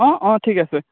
অঁ অঁ ঠিক আছে